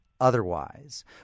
otherwise